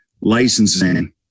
licensing